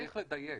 צריך לדייק.